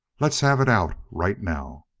let's have it out right now.